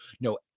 no